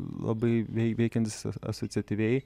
labai vei veikiantis asociatyviai